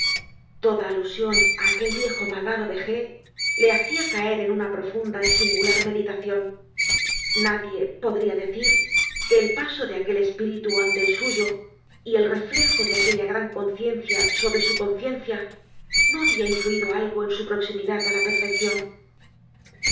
toda alusion á aquel viejo malvado de g le hacia caer en una profunda y singular meditacion nadie podria decir que el paso de aquel espíritu ante el suyo y el reflejo de aquella gran conciencia sobre su conciencia no habia influido algo en su proximidad á la perfeccion